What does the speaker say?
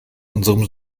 unserem